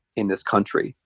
in this country.